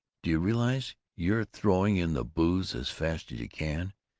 d' you realize you're throwing in the booze as fast as you can,